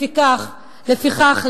לפיכך,